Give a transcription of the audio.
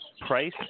price